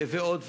ועוד ועוד,